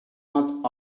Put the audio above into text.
not